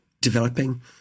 developing